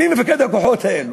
מי מפקד הכוחות האלה?